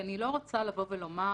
כי אני לא רוצה לבוא ולומר